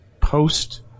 post